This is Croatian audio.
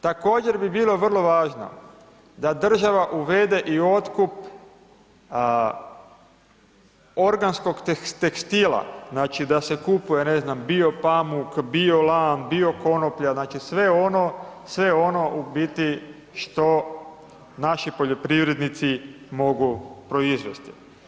Također bi bilo vrlo važno, da država uvede i otkup organskog tekstila, znači da se kupuje bio pamuk, bio lan bio konoplja, znači sve ono u biti što naši poljoprivrednici mogu proizvesti.